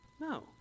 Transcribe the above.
No